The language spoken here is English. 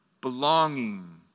belonging